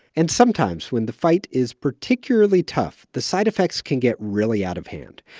and sometimes, when the fight is particularly tough, the side effects can get really out of hand.